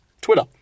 Twitter